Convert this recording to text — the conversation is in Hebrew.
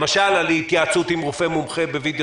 למשל על התייעצות עם רופא מומחה בווידיאו